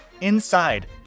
Inside